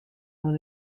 oan